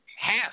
half